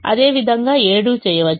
అదేవిధంగా 7 చేయవచ్చు